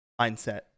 mindset